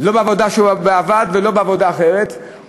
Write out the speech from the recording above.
לא בעבודה שהוא עבד ולא בעבודה אחרת,